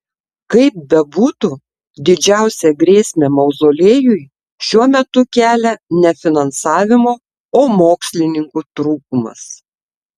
kaip bebūtų didžiausią grėsmę mauzoliejui šiuo metu kelia ne finansavimo o mokslininkų trūkumas